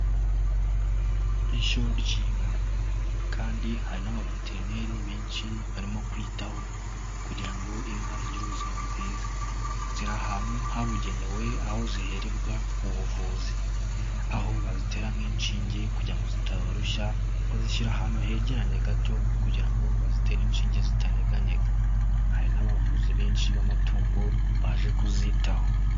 Ishyo ry'inka kandi hari n'abaveterineri benshi barimo kuyitaho kugira ngo inka zigire ubuzima bwiza, ziri ahantu habugenewe aho zihererwa ubuvuzi, aho bazitera nk'inshinge kugira ngo zitabarushya bazishyira ahantu hegeranye gato kugira ngo bazitere inshinge zitanganyega, hari n'abavuzi benshi b'amatungo baje kuzitaho.